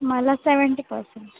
मला seventy percent